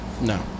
No